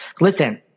Listen